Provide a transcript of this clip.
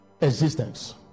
existence